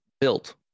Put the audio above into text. built